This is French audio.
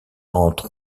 entre